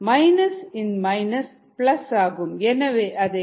minus in minus plus ஆகும் எனவே அதை பிளஸ் 2